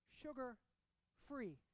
sugar-free